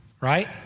right